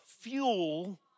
fuel